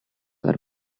are